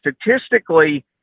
statistically